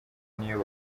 n’ibyo